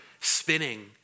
spinning